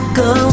go